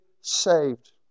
saved